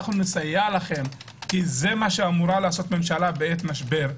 נסייע לכם כי זה מה שאמורה לעשות ממשלה בעת משבר,